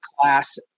class